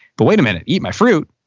but wait a minute, eat my fruit?